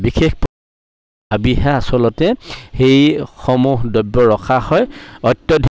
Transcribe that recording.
বিশেষ ভাবিহে আচলতে সেইসমূহ দ্ৰব্য ৰখা হয় অত্যাধিক